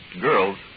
girls